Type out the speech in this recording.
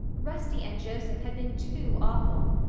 rusty and joseph had been too awful!